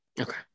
Okay